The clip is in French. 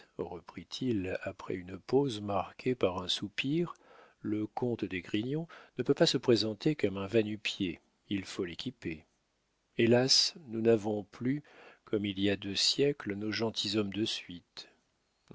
reprit-il après une pause marquée par un soupir le comte d'esgrignon ne peut pas se présenter comme un va-nu-pieds il faut l'équiper hélas nous n'avons plus comme il y a deux siècles nos gentilshommes de suite